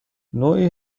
نوعی